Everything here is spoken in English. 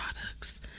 products